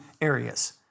areas